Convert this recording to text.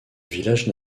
village